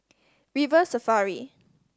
River Safari